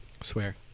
Swear